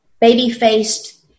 baby-faced